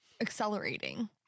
accelerating